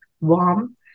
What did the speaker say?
warm